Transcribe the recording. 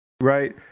Right